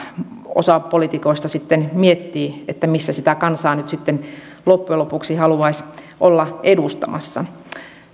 osa poliitikoista sitten miettii missä sitä kansaa nyt sitten loppujen lopuksi haluaisi olla edustamassa